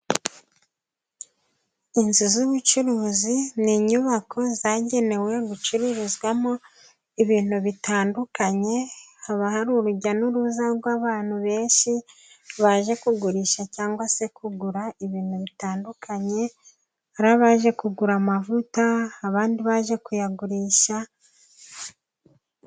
Inzu z'ubucuruzi, ni inyubako zagenewe gucururizwamo ibintu bitandukanye, haba hari urujya n'uruza rw'abantu benshi, baje kugurisha cyangwa se kugura ibintu bitandukanye, hari abaje kugura amavuta abandi baje kuyagurisha...